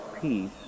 peace